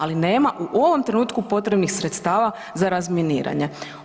Ali nema u ovom trenutku potrebnih sredstava za razminiranje.